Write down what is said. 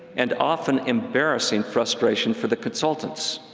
and often embarrassing, frustration for the consultants.